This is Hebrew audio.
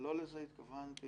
לא לזה התכוונתי.